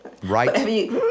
Right